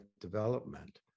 Development